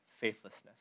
faithlessness